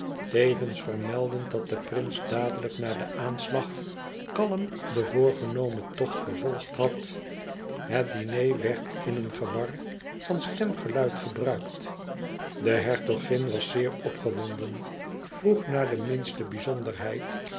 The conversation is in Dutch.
tevens vermeldend dat de prins dadelijk na den aanslag kalm den voorgenomen tocht vervolgd had het diner werd in een gewar van stemgeluid gebruikt de hertogin was zeer opgewonden vroeg naar de minste